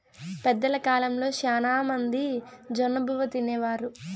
పెద్దల కాలంలో శ్యానా మంది జొన్నబువ్వ తినేవారు